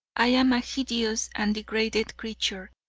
i am a hideous and degraded creature.